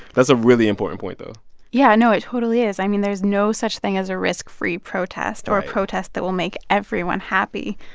that's a really important point though yeah, no, it totally is. i mean, there's no such thing as a risk-free protest or a protest that will make everyone happy.